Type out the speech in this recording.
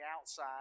outside